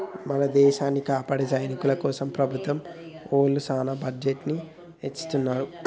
మన దేసాన్ని కాపాడే సైనికుల కోసం ప్రభుత్వం ఒళ్ళు సాన బడ్జెట్ ని ఎచ్చిత్తున్నారు